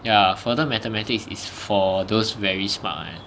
ya further mathematics is for those very smart [one]